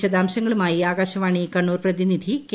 വിശദാംശങ്ങളുമായി ആകാശവാണി കണ്ണൂർ പ്രതിനിധി കെ